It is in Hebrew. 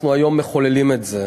אנחנו היום מחוללים את זה.